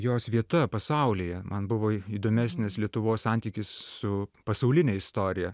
jos vieta pasaulyje man buvo įdomesnis lietuvos santykis su pasauline istorija